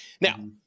Now